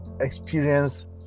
experience